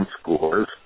scores